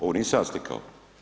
Ovo nisam ja slikao.